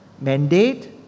mandate